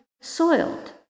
soiled